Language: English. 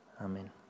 Amen